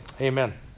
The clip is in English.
amen